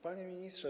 Panie Ministrze!